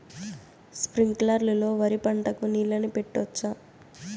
స్ప్రింక్లర్లు లో వరి పంటకు నీళ్ళని పెట్టొచ్చా?